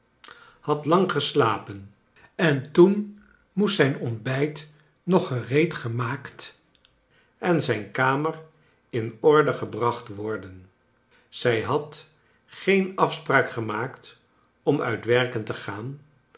had lang geslapen en toen moest zijn ontbijt nog gcreed gemaakt en zijn kamer in orde gebracht worden zij had geen afspraak gemaakt om uit werken te gaan